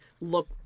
look